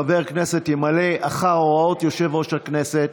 חבר כנסת ימלא אחר הוראות יושב-ראש הכנסת